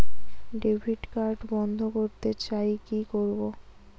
Debit card বন্ধ করতে চাই কি করব?